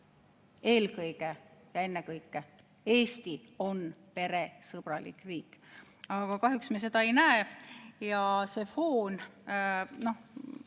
eelkõige ja ennekõike: Eesti on peresõbralik riik. Aga kahjuks me seda ei näe. Me oleme